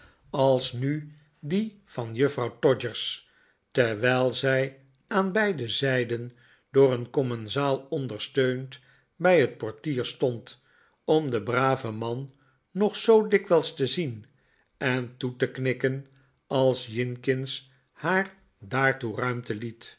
als nu die van juffrouw todgers terwijl zij aan beide zijden door een commensaal ondersteund bij het portier stond om den braven man nog zoo dikwijls te zien en toe te knikken als jinkins haar daartoe ruimte liet